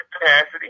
capacity